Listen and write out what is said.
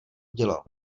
udělal